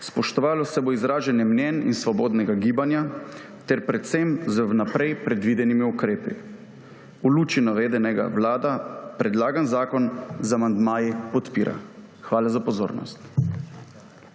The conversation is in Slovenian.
spoštovalo se bo izražanje mnenj in svobodnega gibanja, ter predvsem z vnaprej predvidenimi ukrepi. V luči navedenega Vlada predlagani zakon z amandmaji podpira. Hvala za pozornost.